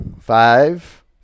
Five